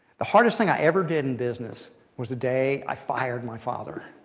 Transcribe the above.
the hardest thing i ever did in business was the day i fired my father,